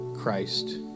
Christ